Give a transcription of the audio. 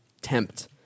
tempt